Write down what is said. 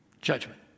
Judgment